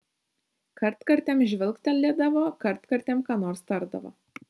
kartkartėm žvilgtelėdavo kartkartėm ką nors tardavo